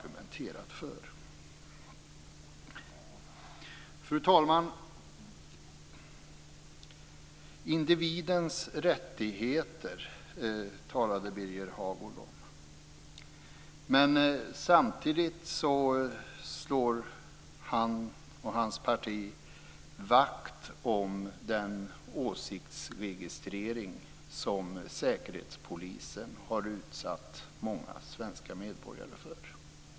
Fru talman! Birger Hagård talade om individens rättigheter. Men samtidigt slår han och hans parti vakt om den åsiktsregistrering som säkerhetspolisen har utsatt många svenska medborgare för.